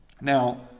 Now